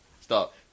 Stop